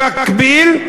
במקביל,